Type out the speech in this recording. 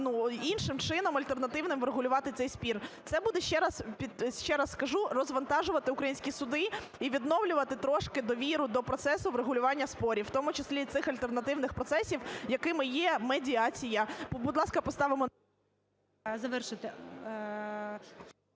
іншим чином альтернативним врегулювати цей спір. Це буде, ще раз кажу, розвантажувати українські суди і відновлювати трошки довіру до процесу врегулювання спорів, у тому числі і цих альтернативних процесів, якими є медіація. Будь ласка, поставимо… ГОЛОВУЮЧИЙ.